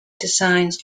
designs